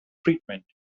treatment